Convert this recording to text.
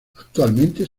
actualmente